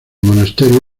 monasterio